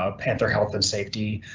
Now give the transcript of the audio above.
ah panther health and safety,